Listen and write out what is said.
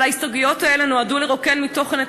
אבל ההסתייגויות האלה נועדו לרוקן מתוכן את